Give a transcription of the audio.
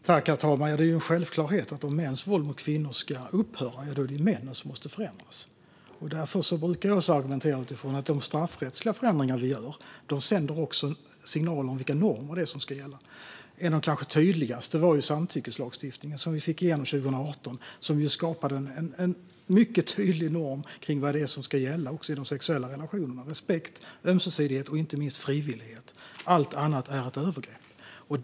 Herr talman! Det är en självklarhet att om mäns våld mot kvinnor ska upphöra är det männen som måste förändras. Jag har argumenterat utifrån att de straffrättsliga förändringar vi gör sänder signaler om vilka normer det är som ska gälla. En av de tydligaste förändringarna var kanske samtyckeslagstiftningen som vi fick igenom 2018. Det skapade en mycket tydlig norm om vad det är som ska gälla också i de sexuella relationerna: respekt, ömsesidighet och inte minst frivillighet. Allt annat är ett övergrepp.